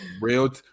Real